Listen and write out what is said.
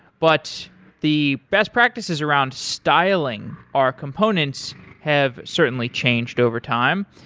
but the best practices around styling our components have certainly changed over time.